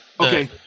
Okay